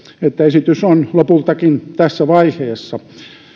että esitys on lopultakin tässä vaiheessa